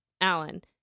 Alan